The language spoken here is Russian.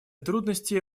трудности